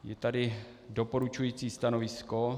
Je tady doporučující stanovisko.